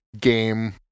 game